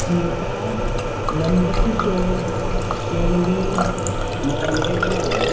Smita Nandkishor Shenvi Mandrekar